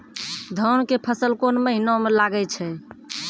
धान के फसल कोन महिना म लागे छै?